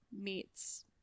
meets